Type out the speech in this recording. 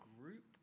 group